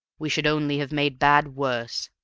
we should only have made bad worse.